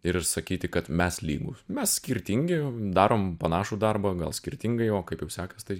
ir sakyti kad mes lygūs mes skirtingi darom panašų darbą gal skirtingai o kaip jau sekas tai